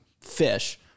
fish